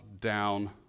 down